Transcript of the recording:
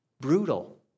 Brutal